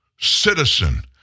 citizen